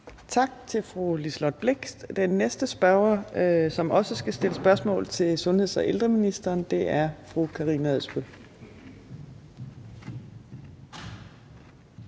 Tak til fru Liselott Blixt. Den næste spørger, som også skal stille spørgsmål til sundheds- og ældreministeren, er fru Karina Adsbøl.